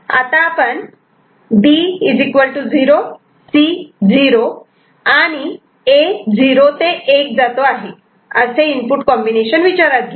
आता आपण B 0 C 0 आणि A ' 0 ते 1' जातो असे इनपुट कॉम्बिनेशन विचारात घेऊ